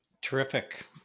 Terrific